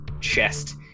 chest